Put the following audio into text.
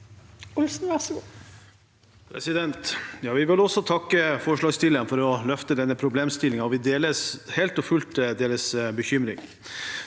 Vi vil også takke forslagsstillerne for å løfte denne problemstillingen, og vi deler helt og fullt deres bekymring.